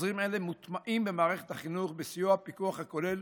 חוזרים אלה מוטמעים במערכת החינוך בסיוע הפיקוח הכולל,